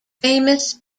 famous